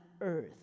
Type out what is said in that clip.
earth